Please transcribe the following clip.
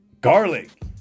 Garlic